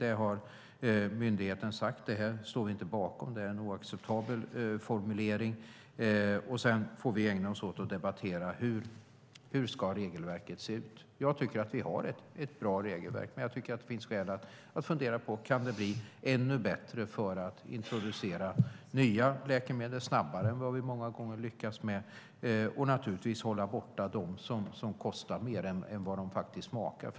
Det har myndigheten sagt: Man står inte bakom den, utan det är en oacceptabel formulering. Sedan får vi ägna oss åt att debattera hur regelverket ska se ut. Jag tycker att vi har ett bra regelverk, men jag tycker att det finns skäl att fundera på om det kan bli ännu bättre för att vi ska kunna introducera nya läkemedel snabbare än vad vi många gånger lyckas med - och naturligtvis hålla borta de som faktiskt kostar mer än de smakar.